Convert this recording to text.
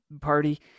party